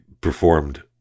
performed